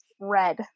red